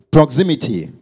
Proximity